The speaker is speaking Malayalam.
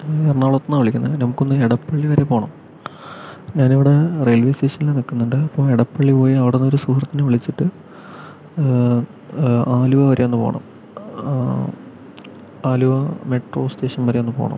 എറണാകുളത്ത് നിന്നാ വിളിക്കുന്നെ നമുക്ക് ഒന്ന് ഇടപ്പള്ളിവരെ പോകണം ഞാൻ ഇവിടെ റെയിൽവേ സ്റ്റേഷനിൽ നിൽക്കുന്നുണ്ട് അപ്പൊ ഇടപ്പള്ളി പോയി അവിടുന്ന് ഒരു സുഹൃത്തിനെ വിളിച്ചിട്ട് ആലുവ വരെ ഒന്ന് പോകണം ആലുവ മെട്രോ സ്റ്റേഷൻ വരെ ഒന്ന് പോകണം